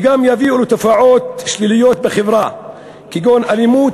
וגם יביאו לתופעות שליליות בחברה כגון אלימות,